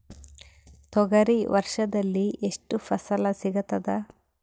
ತೊಗರಿ ವರ್ಷದಲ್ಲಿ ಎಷ್ಟು ಫಸಲ ಸಿಗತದ?